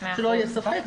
שלא יהיה ספק.